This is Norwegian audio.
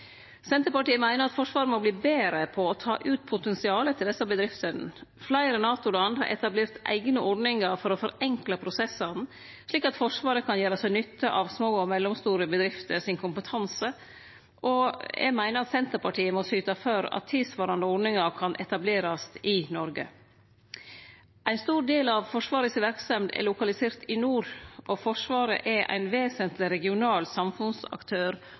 Senterpartiet meiner at Forsvaret må verte betre på å ta ut potensialet til desse bedriftene. Fleire NATO-land har etablert eigne ordningar for å forenkle prosessane, slik at Forsvaret kan gjere seg nytte av kompetansen til små og mellomstore bedrifter. Eg meiner Senterpartiet må syte for at tilsvarande ordningar kan etablerast i Noreg. Ein stor del av verksemda til Forsvaret er lokalisert i nord, og Forsvaret er ein vesentleg regional samfunnsaktør